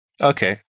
Okay